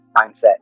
mindset